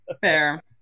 Fair